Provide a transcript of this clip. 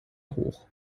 hoch